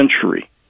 century